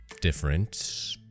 different